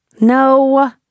No